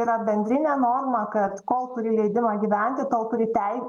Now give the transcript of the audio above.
yra bendrinė norma kad kol turi leidimą gyventi tol turi tei